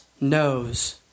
knows